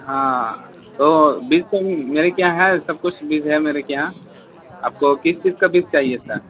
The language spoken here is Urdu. ہاں تو بیج سے میرے کے یہاں ہیں سب کچھ بیج ہے میرے کے یہاں آپ کو کس چیز کا بیج چاہیے تھا